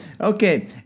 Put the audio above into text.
Okay